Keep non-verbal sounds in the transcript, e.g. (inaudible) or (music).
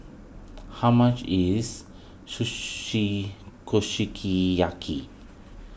how much is (unintelligible) Kushiki Yaki